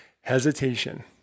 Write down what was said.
hesitation